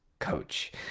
coach